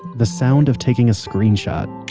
the sound of taking a screenshot,